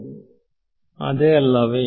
ವಿದ್ಯಾರ್ಥಿ ಅದೇ ಅಲ್ಲವೇ